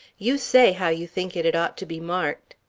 you say how you think it'd ought to be marked.